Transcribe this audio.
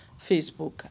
Facebook